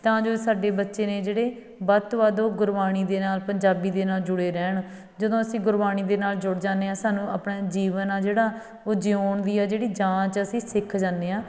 ਤਾਂ ਜੋ ਸਾਡੇ ਬੱਚੇ ਨੇ ਜਿਹੜੇ ਵੱਧ ਤੋਂ ਵੱਧ ਉਹ ਗੁਰਬਾਣੀ ਦੇ ਨਾਲ ਪੰਜਾਬੀ ਦੇ ਨਾਲ ਜੁੜੇ ਰਹਿਣ ਜਦੋਂ ਅਸੀਂ ਗੁਰਬਾਣੀ ਦੇ ਨਾਲ ਜੁੜ ਜਾਂਦੇ ਹਾਂ ਸਾਨੂੰ ਆਪਣੇ ਜੀਵਨ ਆ ਜਿਹੜਾ ਉਹ ਜਿਊਣ ਦੀ ਹਾਂ ਜਿਹੜੀ ਜਾਂਚ ਅਸੀਂ ਸਿੱਖ ਜਾਂਦੇ ਹਾਂ